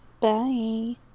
Bye